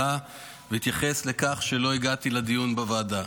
עלה והתייחס לכך שלא הגעתי לדיון בוועדה.